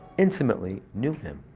intimately knew him.